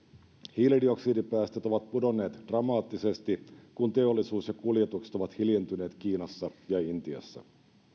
hiilidioksidipäästöt ovat pudonneet dramaattisesti kun teollisuus ja kuljetukset ovat hiljentyneet kiinassa ja intiassa